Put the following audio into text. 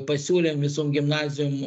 pasiūlėm visom gimnazijom